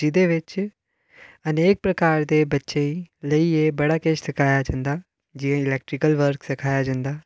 जेह्दे बिच्च अनेक प्रकार दे बच्चें गी लेइयै बड़ा किश सखाया जंदा जि'यां इलैकट्रक्ल वर्कस सखाया जंदा